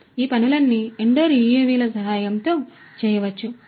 కాబట్టి ఈ పనులన్నీ ఇండోర్ యుఎవిల సహాయంతో చేయవచ్చు